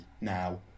now